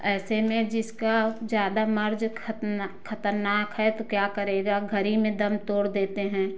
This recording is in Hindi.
ऐसे में जिसका ज़्यादा मार्ज खत्म ना खतरनाक है तो क्या करेगा घड़ी में दम देते हैं